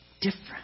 different